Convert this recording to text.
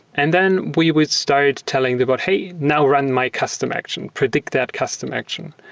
and then we would start telling the bot, hey, now run my custom action. predict that custom action.